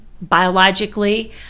biologically